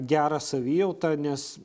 gerą savijautą nes